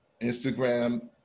Instagram